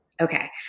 Okay